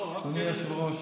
אדוני היושב-ראש,